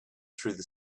through